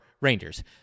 Rangers